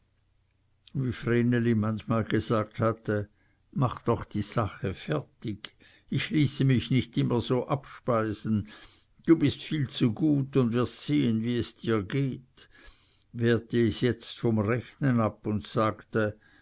vreneli manchmal gesagt hatte mach doch die sache fertig ich ließe mich nicht immer so abspeisen du bist viel zu gut und wirst sehen wie es dir geht wehrte es jetzt vom rechnen ab und sagte